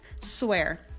Swear